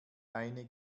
eine